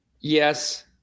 Yes